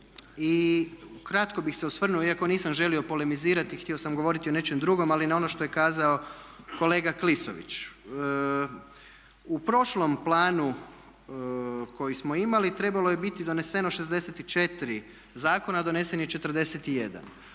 i ukratko bih se osvrnuo, iako nisam želio polemizirati i htio sam govoriti o nečemu drugom, ali na ono što je kazao kolega Klisović. U prošlom planu koji smo imali, trebalo je biti doneseno 64 zakona a donesen je 41.